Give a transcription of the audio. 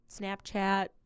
snapchat